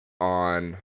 on